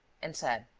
and said